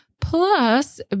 plus